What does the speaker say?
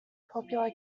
popular